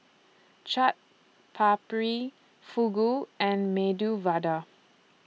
Chaat Papri Fugu and Medu Vada